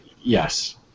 yes